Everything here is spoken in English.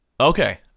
Okay